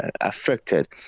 affected